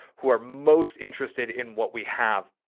who are most interested in what we have.